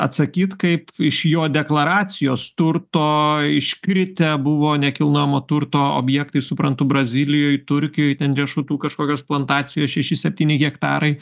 atsakyt kaip iš jo deklaracijos turto iškritę buvo nekilnojamo turto objektai suprantu brazilijoj turkijoj ten riešutų kažkokios plantacijos šeši septyni hektarai